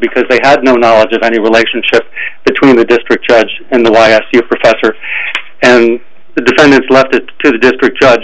because they had no knowledge of any relationship between a district judge and the law professor and the defendant left it to the district judge